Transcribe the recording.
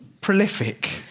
prolific